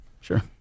Sure